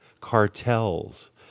cartels